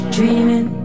Dreaming